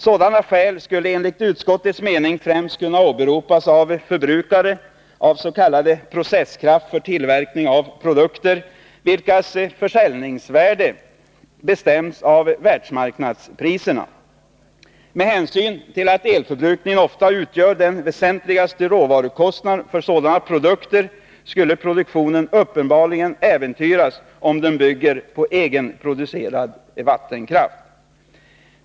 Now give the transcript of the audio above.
Sådana skäl skulle enligt utskottets mening främst kunna åberopas av förbrukare av s.k. processkraft för tillverkning av produkter, vilkas försäljningsvärde bestäms av världsmarknadspriserna. Med hänsyn till att elförbrukningen ofta utgör den väsentligaste råvarukostnaden för sådana produkter skulle produktionen uppenbarligen äventyras om den bygger på egenproducerad vattenkraft.